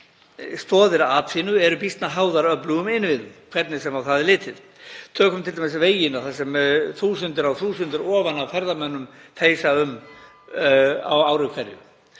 meginstoðir atvinnu eru býsna háðar öflugum innviðum, hvernig sem á það er litið. Tökum t.d. vegina þar sem þúsundir á þúsundir ofan af ferðamönnum þeysa um á ári hverju.